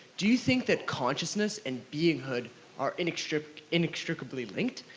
do you think that consciousness and being-hood are inextricably inextricably linked?